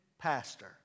pastor